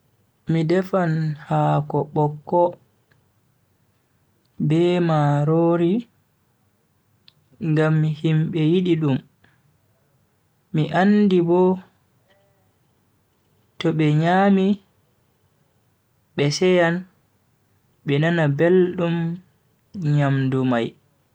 Mi defan hako bokko be marori ngam himbe yidi dum. mi andi bo to be nyami be seyan be nana beldum nyamdu mai.